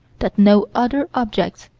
that no other objects,